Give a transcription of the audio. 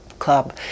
club